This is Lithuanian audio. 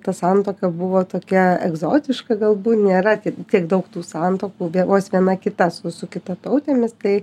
ta santuoka buvo tokia egzotiška galbūt nėra tiek daug tų santuokų vos viena kita su su kitatautėmis tai